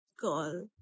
call